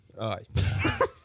Aye